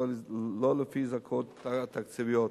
ולא לפי זכאויות תקציביות.